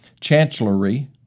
Chancellery